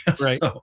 Right